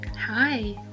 Hi